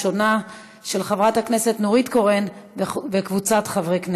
של חברת הכנסת נורית קורן וקבוצת חברי הכנסת,